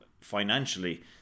financially